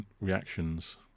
reactions